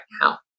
now